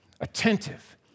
Attentive